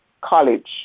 college